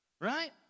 Right